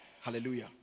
hallelujah